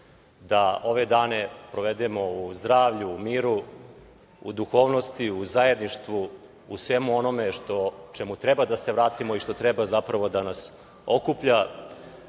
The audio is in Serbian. da ove dane provedemo u zdravlju, miru, u duhovnosti, u zajedništvu, u svemu ovome čemu treba da se vratimo i što treba zapravo da nas okuplja,